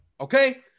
Okay